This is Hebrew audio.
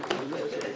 אתם מכותבים.